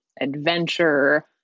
adventure